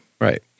Right